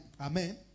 Amen